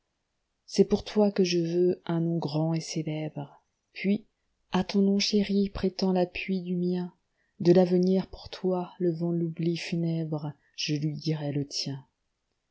c'est pour toi que je veux un nom grand et célèbre puis à ton nom chéri prêtant l'appui du mien de l'avenir pour toi levant l'oubli funèbre je lui dirai le tien